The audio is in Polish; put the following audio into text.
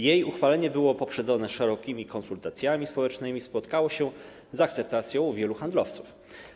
Jej uchwalenie było poprzedzone szerokimi konsultacjami społecznymi, spotkało się z akceptacją wielu handlowców.